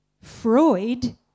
Freud